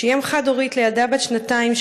שהיא אם חד-הורית לילדה בת שנתיים,